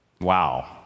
Wow